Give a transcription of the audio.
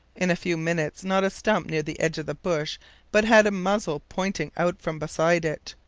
in a few minutes not a stump near the edge of the bush but had a muzzle pointing out from beside it.